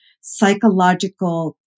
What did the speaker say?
psychological